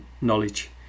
knowledge